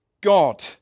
God